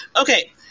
Okay